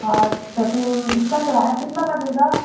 अच्छा तो इसका किराया कितना लगेगा